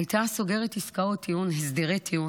הייתה סוגרת הסדרי טיעון